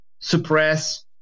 suppress